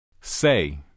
Say